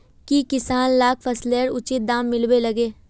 की किसान लाक फसलेर उचित दाम मिलबे लगे?